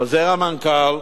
חוזר המנכ"ל,